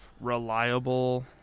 reliable